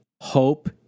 Hope